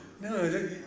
No